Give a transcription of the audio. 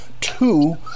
two